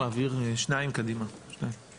מה שיורם הציג קודם